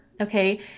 Okay